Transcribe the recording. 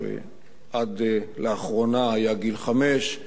שעד לאחרונה היה חמש,